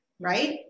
right